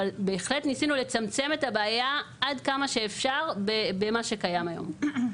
אבל בהחלט ניסינו לצמצם את הבעיה עד כמה שאפשר במה שקיים היום.